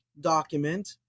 document